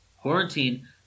Quarantine